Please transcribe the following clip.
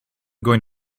going